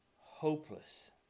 hopeless